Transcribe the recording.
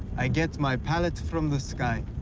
i get my palette from the sky.